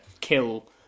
kill